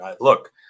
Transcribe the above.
look